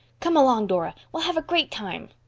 come along, dora, we'll have a great time.